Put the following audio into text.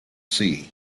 sea